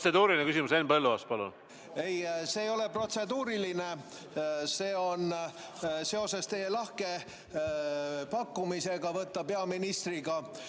Protseduuriline küsimus, Henn Põlluaas, palun! Ei, see ei ole protseduuriline. See on seotud teie lahke pakkumisega võtta peaministriga